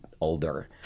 older